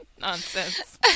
Nonsense